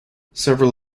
several